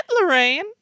Lorraine